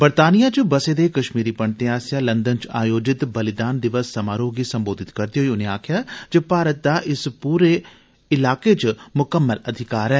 बरतानिया च बसे दे कश्मीरी पंडिते आस्सेआ लंदन च आयोजित बलिदान दिवस समारोह् गी संबोधत करदे होई उनें आक्खेआ जे भारत दा इस पूरे इलाके च मुकम्मल अधिकार ऐ